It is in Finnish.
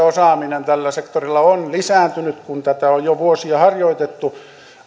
osaaminen tällä sektorilla on lisääntynyt kun tätä on jo vuosia harjoitettu